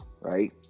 right